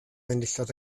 enillodd